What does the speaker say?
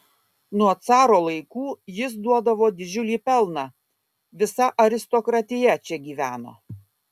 nuo caro laikų jis duodavo didžiulį pelną visa aristokratija čia gyveno